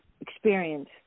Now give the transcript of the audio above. experience